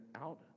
out